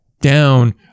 down